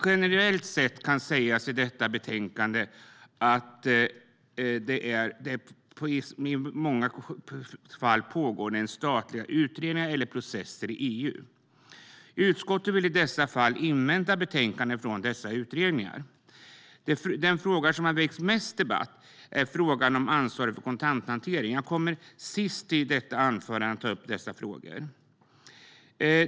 Generellt kan sägas att när det gäller de allra flesta yrkanden som framställts i betänkandet pågår statliga utredningar eller processer i EU. Utskottet vill i dessa fall invänta betänkanden från utredningarna. Den fråga som har väckt mest debatt är ansvaret för kontanthantering. Jag kommer att ta upp detta sist i anförandet.